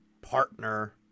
partner